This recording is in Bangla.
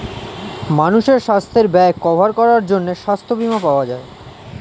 মানুষের সাস্থের ব্যয় কভার করার জন্যে সাস্থ বীমা পাওয়া যায়